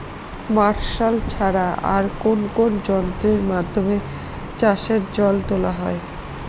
Martial ছাড়া আর কোন কোন যন্ত্রেরর মাধ্যমে চাষের জল তোলা হয়?